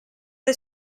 dai